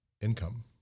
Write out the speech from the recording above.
income